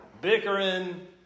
Bickering